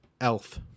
elf